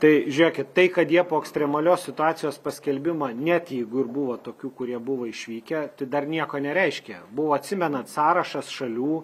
tai žiūrėkit tai kad jie po ekstremalios situacijos paskelbimo net jeigu ir buvo tokių kurie buvo išvykę tai dar nieko nereiškia buvo atsimenat sąrašas šalių